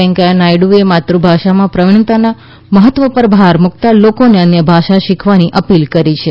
વેંકૈયા નાયડુએ માતૃભાષામાં પ્રવીણતાના મહત્વ પર ભાર મુકતા લોકોને અન્ય ભાષા શીખવાની અપીલ કરી છે